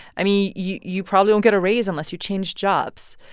i mean, you you probably won't get a raise unless you change jobs.